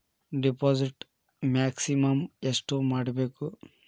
Deposit maximum ಎಷ್ಟು ಮಾಡಬೇಕು?